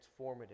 transformative